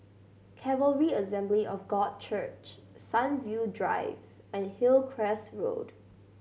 Calvary Assembly of God Church Sunview Drive and Hillcrest Road